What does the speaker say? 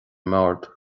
mbord